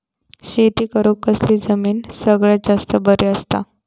शेती करुक कसली जमीन सगळ्यात जास्त बरी असता?